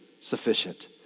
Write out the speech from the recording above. sufficient